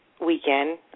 weekend